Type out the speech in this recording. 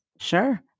Sure